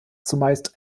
zumeist